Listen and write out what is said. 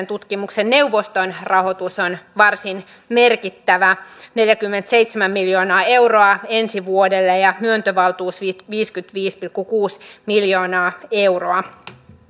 tutkimuksen neuvoston rahoitus on varsin merkittävä neljäkymmentäseitsemän miljoonaa euroa ensi vuodelle ja myöntövaltuus viisikymmentäviisi pilkku kuusi miljoonaa euroa